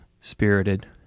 spirited